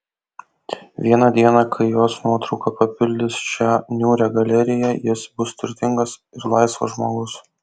vieną dieną kai jos nuotrauka papildys šią niūrią galeriją jis bus turtingas ir laisvas žmogus